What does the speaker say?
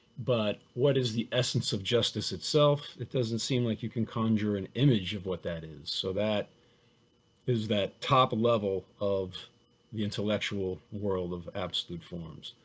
but what is the essence of justice itself? it doesn't seem like you can conjure an image of what that is. so that is that top level of the intellectual world of absolute forms.